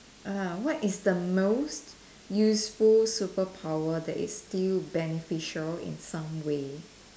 uh what is the most useful superpower that is still beneficial in some way